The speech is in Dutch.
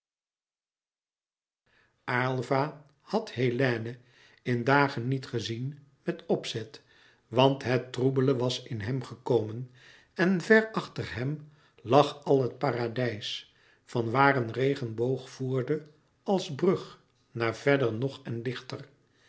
had hélène in dagen niet gezien met opzet want het troebele was in hem gekomen en ver achter hem lag al het paradijs vanwaar een regenboog voerde als brug naar verder nog en lichter